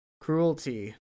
Cruelty